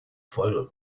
voll